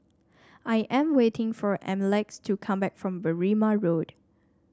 I am waiting for Yamilex to come back from Berrima Road